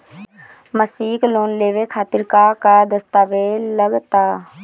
मसीक लोन लेवे खातिर का का दास्तावेज लग ता?